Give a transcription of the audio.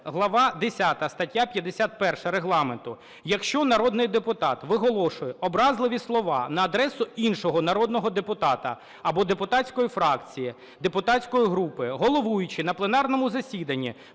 глава Х стаття 51 Регламенту, якщо народний депутат виголошує образливі слова на адресу іншого народного депутата або депутатської фракції, депутатської групи, головуючий на пленарному засіданні